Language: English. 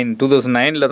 2009